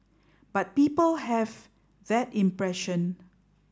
but people have that impression